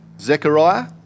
Zechariah